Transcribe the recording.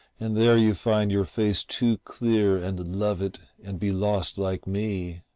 and there you find your face too clear and love it and be lost like me.